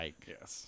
Yes